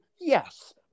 Yes